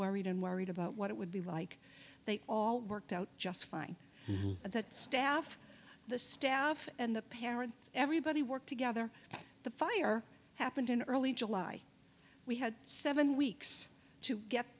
worried and worried about what it would be like they all worked out just fine but the staff the staff and the parents everybody worked together the fire happened in early july we had seven weeks to get